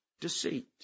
deceit